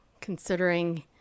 considering